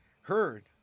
Heard